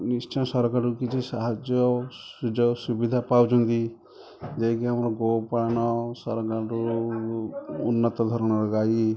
ନିଶ୍ଚୟ ସରକାରକୁ କିଛି ସାହାଯ୍ୟ ସୁଯୋଗ ସୁବିଧା ପାଉଛନ୍ତି ଯାହାକି ଆମର ଗୋପାଳନ ଉନ୍ନତ ଧରଣର ଗାଈ